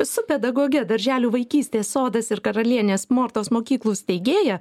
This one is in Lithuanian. su pedagoge darželių vaikystės sodas ir karalienės mortos mokyklų steigėja